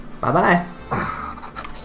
Bye-bye